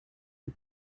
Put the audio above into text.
and